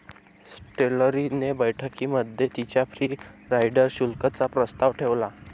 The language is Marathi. स्लेटरी ने बैठकीमध्ये तिच्या फ्री राईडर शुल्क चा प्रस्ताव ठेवला